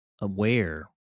aware